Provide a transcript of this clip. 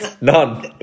None